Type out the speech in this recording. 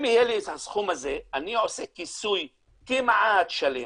אם יהיה לי את הסכום הזה אני עושה כיסוי כמעט שלם,